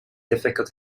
difficult